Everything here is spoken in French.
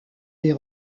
des